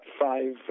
five